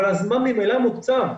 אבל הזמן ממילא מוקצב.